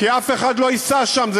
כי אף אחד לא ייסע שם.